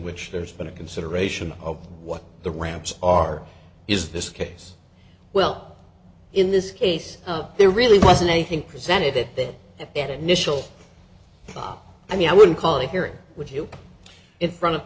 which there's been a consideration of what the rams are is this case well in this case there really wasn't anything presented at that at that initial thought i mean i would call it here with you in front of